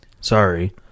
Sorry